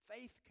Faith